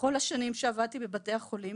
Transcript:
בכל השנים שעבדתי בבתי החולים,